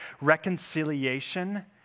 reconciliation